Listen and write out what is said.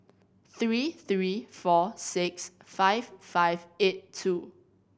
three three four six five five eight two